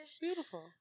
Beautiful